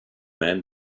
man